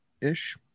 ish